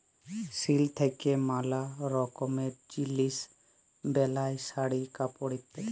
silk থাক্যে ম্যালা রকমের জিলিস বেলায় শাড়ি, কাপড় ইত্যাদি